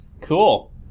Cool